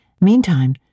Meantime